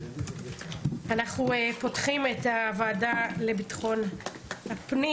אנחנו פותחים את הוועדה לביטחון הפנים.